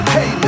Hey